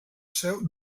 seu